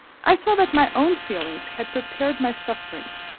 i saw that my own feelings had prepared my sufferings,